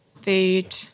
food